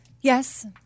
Yes